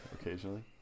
occasionally